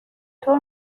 طور